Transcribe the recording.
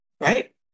right